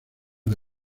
the